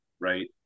right